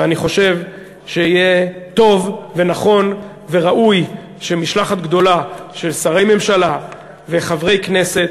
ואני חושב שיהיה טוב ונכון וראוי שמשלחת גדולה של שרי ממשלה וחברי כנסת